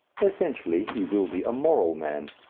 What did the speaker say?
essentially he will be a moral man,